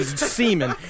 semen